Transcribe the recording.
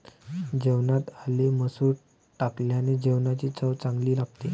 जेवणात आले मसूर टाकल्याने जेवणाची चव चांगली लागते